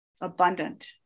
abundant